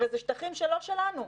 הרי זה שטחים שלא שלנו.